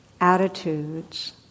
attitudes